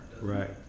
right